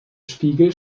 spiegel